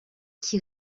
qui